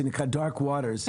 שנקרא Dark waters,